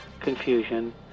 confusion